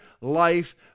life